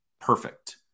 perfect